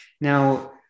now